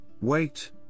wait